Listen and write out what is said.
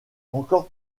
encore